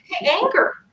anger